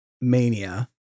mania